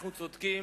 אנחנו צודקים,